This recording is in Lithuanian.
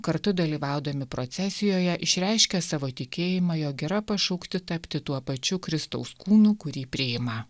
kartu dalyvaudami procesijoje išreiškia savo tikėjimą jog yra pašaukti tapti tuo pačiu kristaus kūnu kurį priima